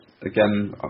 again